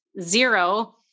zero